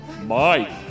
Mike